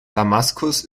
damaskus